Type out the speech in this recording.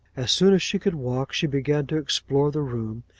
as soon as she could walk, she began to explore the room,